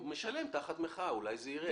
הוא משלם תחת מחאה, אולי זה ירד.